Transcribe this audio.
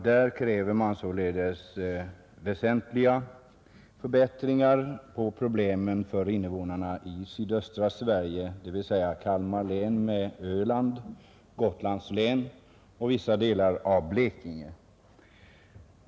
Där kräver man åtgärder för att lösa väsentliga problem för invånarna i sydöstra Sverige, dvs. Kalmar län med Öland, Gotlands län och vissa delar av Blekinge.